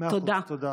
תודה.